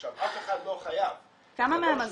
עכשיו, אף אחד לא חייב --- כמה מהם עזבו?